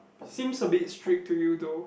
seems a bit strict to you though